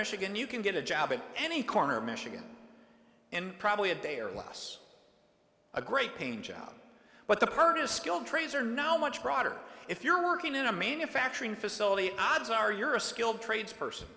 michigan you can get a job in any corner michigan and probably a day or less a great paying job but the purdah skilled trades are now much broader if you're working in a manufacturing facility odds are you're a skilled trades person